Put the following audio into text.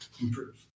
improve